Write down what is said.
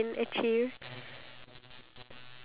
how important is marriage to me